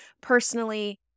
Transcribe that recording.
personally